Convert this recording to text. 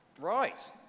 right